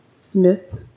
Smith